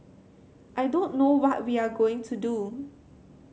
I don't know what we are going to do